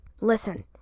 listen